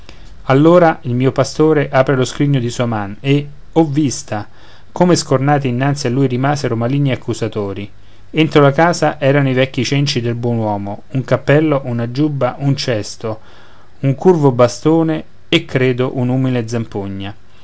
allora il mio pastore apre lo scrigno di sua man e oh vista come scornati innanzi a lui rimasero maligni e accusatori entro la cassa erano i vecchi cenci del buon uomo un cappello una giubba un cesto un curvo bastone e credo un'umile zampogna